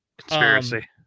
Conspiracy